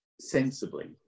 sensibly